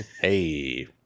Hey